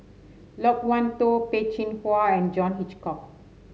Loke Wan Tho Peh Chin Hua and John Hitchcock